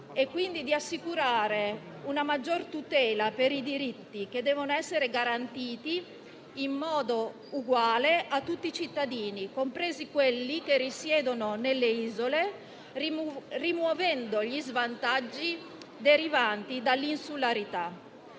e, quindi, di assicurare una maggior tutela per i diritti che devono essere garantiti in modo uguale a tutti i cittadini, compresi quelli che risiedono nelle Isole, rimuovendo gli svantaggi derivanti dall'insularità.